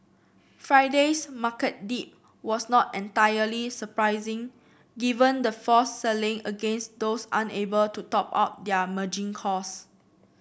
Friday's market dip was not entirely surprising given the forced selling against those unable to top up their margin calls